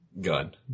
gun